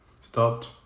stopped